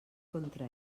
contra